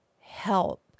help